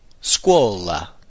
Scuola